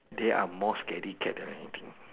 they are more scary cat then I think